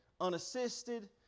unassisted